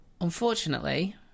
unfortunately